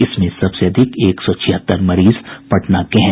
इसमें सबसे अधिक एक सौ छिहत्तर मरीज पटना के हैं